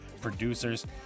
producers